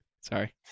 Sorry